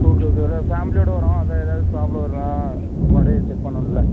ஓகேக்கா இல்லை ஃபேமிலியோட வரோம் அதான் ஏதாவது ப்ராப்ளம் வரலாம் முன்னாடியே செக் பண்ணணுல்ல